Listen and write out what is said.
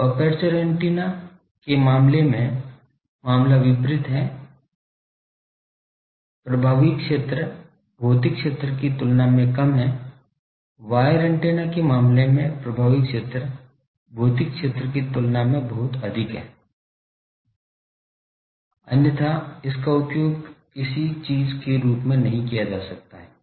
तो aperture antenna के मामले में मामला विपरीत है प्रभावी क्षेत्र भौतिक क्षेत्र की तुलना में कम है वायर एंटीना के मामले में प्रभावी क्षेत्र भौतिक क्षेत्र की तुलना में बहुत अधिक है अन्यथा इसका उपयोग किसी चीज के रूप में नहीं किया जा सकता है